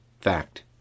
Fact